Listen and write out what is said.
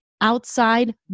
outside